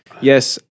Yes